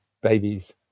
babies